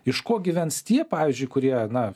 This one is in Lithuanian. iš ko gyvens tie pavyzdžiui kurie na